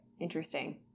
Interesting